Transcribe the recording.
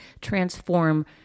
transform